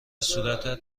صورتت